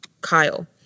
kyle